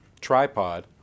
tripod